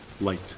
light